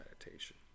meditation